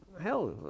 hell